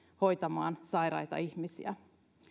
hoitamaan sairaita ihmisiä